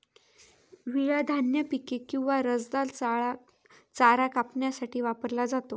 विळा धान्य पिके किंवा रसदार चारा कापण्यासाठी वापरला जातो